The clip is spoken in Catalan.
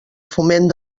foment